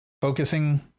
focusing